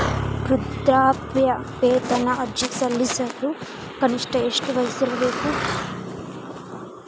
ವೃದ್ಧಾಪ್ಯವೇತನ ಅರ್ಜಿ ಸಲ್ಲಿಸಲು ಕನಿಷ್ಟ ಎಷ್ಟು ವಯಸ್ಸಿರಬೇಕ್ರಿ?